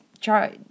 try